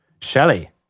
Shelley